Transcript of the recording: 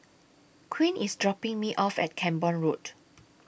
Quint IS dropping Me off At Camborne Road